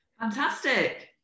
fantastic